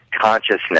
consciousness